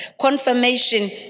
confirmation